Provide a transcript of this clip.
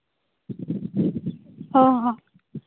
ᱚᱸᱻ